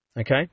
okay